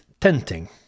Tenting